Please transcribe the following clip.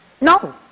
No